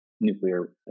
nuclear